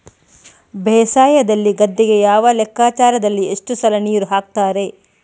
ಬೇಸಾಯದಲ್ಲಿ ಗದ್ದೆಗೆ ಯಾವ ಲೆಕ್ಕಾಚಾರದಲ್ಲಿ ಎಷ್ಟು ಸಲ ನೀರು ಹಾಕ್ತರೆ?